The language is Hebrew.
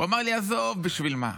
הוא אמר לי: עזוב, בשביל מה?